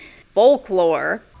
Folklore